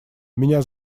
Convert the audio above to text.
меня